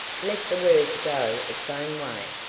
let the world go its own way,